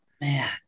Man